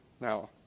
now